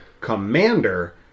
Commander